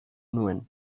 nuen